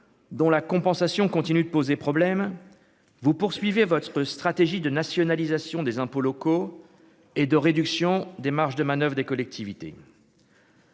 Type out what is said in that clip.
dont la compensation continue de poser problème, vous poursuivez votre stratégie de nationalisation des impôts locaux et de réduction des marges de manoeuvre des collectivités.